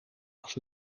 was